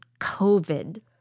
covid